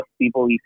people